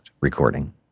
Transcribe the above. recording